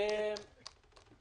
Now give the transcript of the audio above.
אין גישה קלה